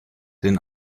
den